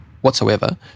whatsoever